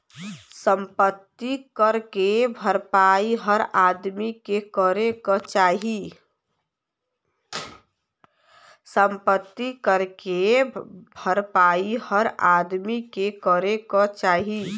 सम्पति कर के भरपाई हर आदमी के करे क चाही